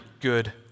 good